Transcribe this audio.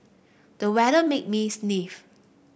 the weather made me sneeze